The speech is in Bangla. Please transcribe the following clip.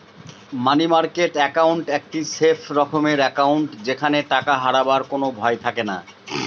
মানি মার্কেট একাউন্ট একটি সেফ রকমের একাউন্ট যেখানে টাকা হারাবার কোনো ভয় থাকেনা